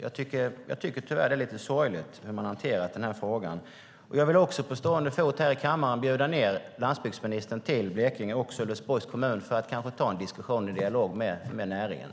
Jag tycker tyvärr att det är lite sorgligt att man har hanterat den här frågan på det sättet. Jag vill också på stående fot här i kammaren bjuda ned landsbygdsministern till Blekinge och Sölvesborgs kommun för att ta en diskussion och dialog med näringen.